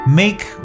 make